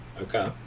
Okay